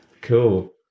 Cool